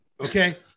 okay